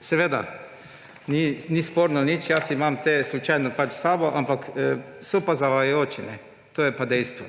Seveda ni sporno nič. Jaz imam te pač slučajno s seboj, ampak so pa zavajajoči. To je pa dejstvo.